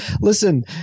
Listen